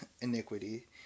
iniquity